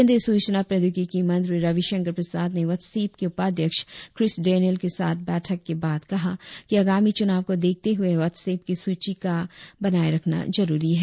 केंद्रीय सूचना प्रौद्योगिकी मंत्री रविशंकर प्रसाद ने व्हाटसऐप के उपाध्यक्ष क्रिस डैनियल के साथ बैठक के बाद कहा कि आगामी चुनाव को देखते हुए व्हाट्सऐप की सुचिका बनाए रखना जरुरी है